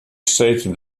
stated